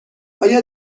آیا